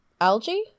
algae